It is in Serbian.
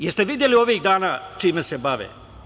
Jeste videli ovih dana čime se bave.